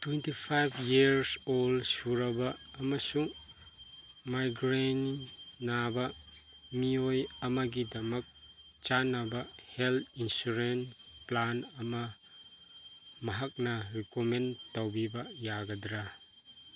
twenty five years old ꯁꯨꯔꯕ ꯑꯃꯁꯨꯡ migraine ꯅꯥꯕ ꯃꯤꯑꯣꯏ ꯑꯃꯒꯤꯗꯃꯛ ꯆꯥꯟꯅꯕ ꯍꯦꯜꯠ ꯏꯟꯁꯨꯔꯦꯟꯁ ꯄ꯭ꯂꯥꯟ ꯑꯃ ꯃꯍꯥꯛꯅ ꯔꯤꯀꯣꯃꯦꯟ ꯇꯧꯕꯤꯕ ꯌꯥꯒꯗ꯭ꯔꯥ